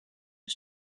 was